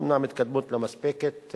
אומנם התקדמות לא מספקת,